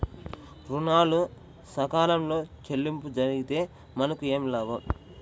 ఋణాలు సకాలంలో చెల్లింపు జరిగితే మనకు ఏమి లాభం?